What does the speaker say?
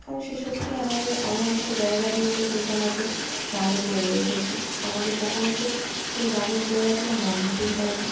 কারণ সে সত্যিই আমাকে এমন একটা জায়গা দিয়েছে যে সে আমাকে রানি করে রেখেছে আমাকে কখনও সে সেই রানির জায়গা থেকে নামতেই দেয় না